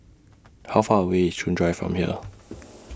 How Far away IS Chuan Drive from here